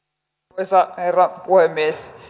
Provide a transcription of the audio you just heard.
arvoisa herra puhemies